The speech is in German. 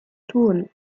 tun